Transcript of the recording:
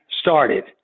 started